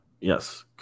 Yes